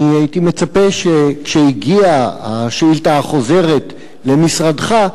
אני הייתי מצפה שכשהגיעה השאילתא החוזרת למשרדך,